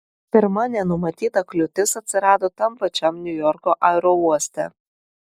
pirma nenumatyta kliūtis atsirado tam pačiam niujorko aerouoste